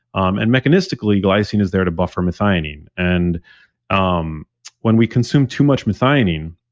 um and mechanistically, glycine is there to buffer methionine. and um when we consume too much methionine,